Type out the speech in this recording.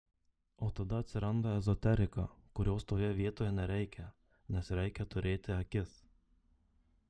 o tada atsiranda ezoterika kurios toje vietoje nereikia nes reikia turėti akis